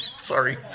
Sorry